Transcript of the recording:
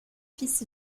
fils